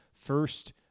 first